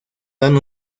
dan